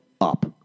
up